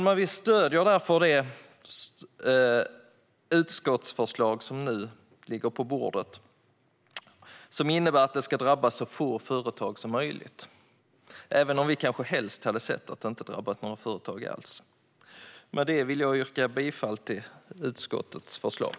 Sverigedemokraterna stöder därför det utskottsförslag som nu ligger på bordet, som innebär att så få företag som möjligt ska drabbas - även om vi helst sett att inte något företag drabbats alls. Jag yrkar bifall till utskottets förslag.